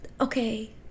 Okay